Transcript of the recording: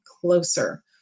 closer